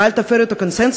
ואל תפרו את הקונסנזוס,